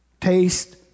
taste